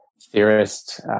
theorist